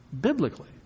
biblically